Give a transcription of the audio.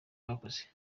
yakoze